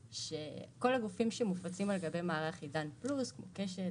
שכל הגופים שמופצים על גבי מערך עידן פלוס - קשת,